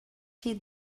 heed